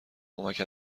کمک